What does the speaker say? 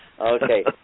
Okay